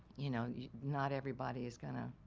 you know not everybody is gonna